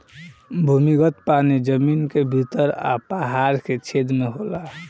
भूमिगत पानी जमीन के भीतर आ पहाड़ के छेद में होला